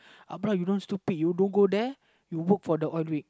you don't stupid you don't go there you work for the oil wig